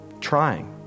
trying